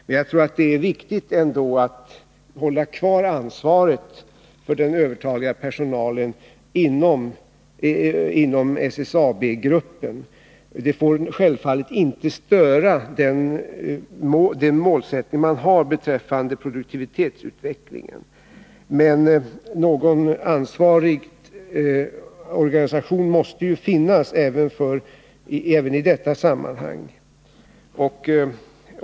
Men jag tror ändå att det är viktigt att hålla kvar ansvaret för den övertaliga personalen inom SSAB-gruppen. Det får självfallet inte störa den målsättning man har beträffande produktivitetsutvecklingen. Men en ansvarig organisation måste finnas även i detta sammanhang.